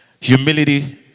Humility